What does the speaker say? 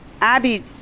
Abby